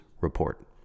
report